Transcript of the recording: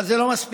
אבל זה לא מספיק.